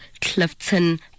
Clifton